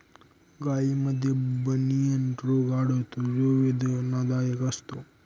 गायींमध्ये बनियन रोग आढळतो जो वेदनादायक असतो